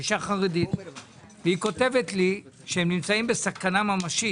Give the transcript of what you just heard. האי כותבת לי שהם נמצאים בסכנה ממשית,